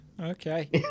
Okay